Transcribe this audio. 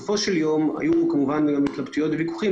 היו כמובן גם התלבטויות וויכוחים,